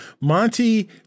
Monty